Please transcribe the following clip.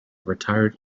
retired